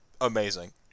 Amazing